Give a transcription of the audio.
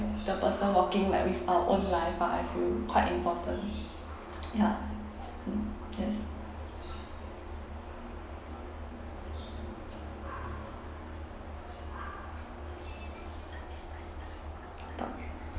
the person walking like with our own life ah I feel quite important ya mm yes